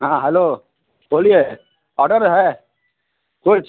हाँ हलो बोलिए ऑडर है कुछ